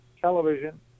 television